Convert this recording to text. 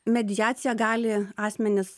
mediaciją gali asmenys